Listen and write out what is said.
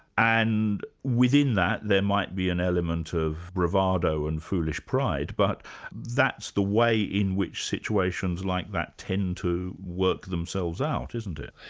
and within that there might be an element of bravado and foolish pride, but that's the way in which situations like that tend to work themselves out, isn't it?